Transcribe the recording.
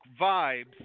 vibes